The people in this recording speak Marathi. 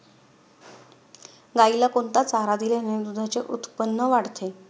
गाईला कोणता चारा दिल्याने दुधाचे उत्पन्न वाढते?